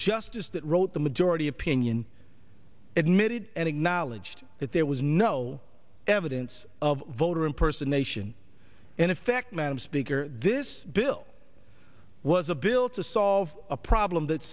justice that wrote the majority opinion admitted and acknowledged that there was no evidence of voter impersonation in effect madam speaker this bill was a bill to solve a problem that